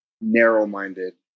narrow-minded